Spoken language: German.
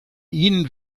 ihnen